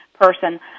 person